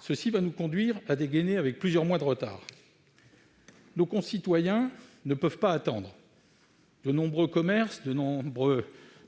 Cela va nous conduire à dégainer avec plusieurs mois de retard ... Nos concitoyens ne peuvent pas attendre : de nombreux commerces, de nombreux